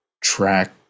track